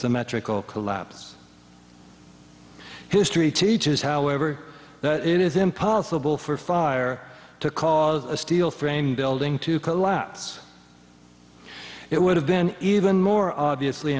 symmetrical collapse history teaches however that it is impossible for fire to cause a steel framed building to collapse it would have been even more obviously